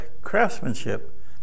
craftsmanship